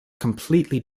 completely